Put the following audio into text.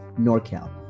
NorCal